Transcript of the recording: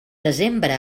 desembre